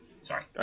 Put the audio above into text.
Sorry